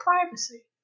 privacy